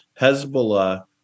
Hezbollah